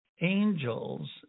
angels